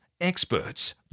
experts